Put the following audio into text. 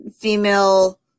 female